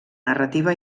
narrativa